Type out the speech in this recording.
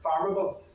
farmable